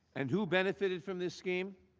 and who benefited from the scheme?